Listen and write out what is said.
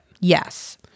Yes